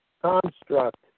construct